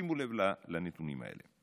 תשימו לב לנתונים האלה: